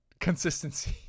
consistency